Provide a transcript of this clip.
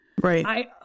Right